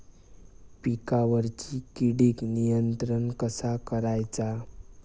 पिकावरची किडीक नियंत्रण कसा करायचा?